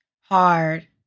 hard